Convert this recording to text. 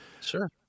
Sure